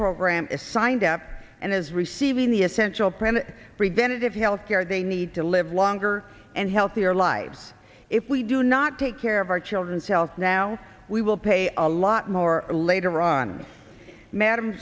program is signed up and is receiving the essential premise preventative health care they need to live longer and healthier lives if we do not take care of our children's health now we will pay a lot more later on madam